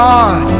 God